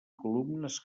columnes